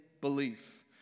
belief